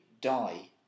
die